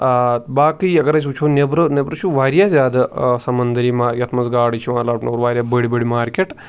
باقی اَگَر أسۍ وٕچھو نیٚبرٕ نیٚبرٕ چھُ واریاہ زیادٕ سَمَندری مار یَتھ مَنٛز گاڈٕ چھِ یِوان لَبنہٕ واریاہ بٔڑۍ بٔڑۍ مارکٮ۪ٹ